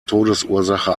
todesursache